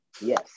Yes